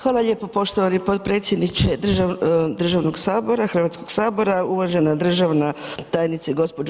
Hvala lijepo poštovani potpredsjedniče državnog Sabora, Hrvatskog sabora, uvažena državna tajnice, gđo.